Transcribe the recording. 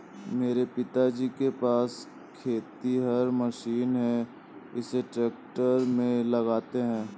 मेरे पिताजी के पास खेतिहर मशीन है इसे ट्रैक्टर में लगाते है